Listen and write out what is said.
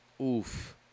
Oof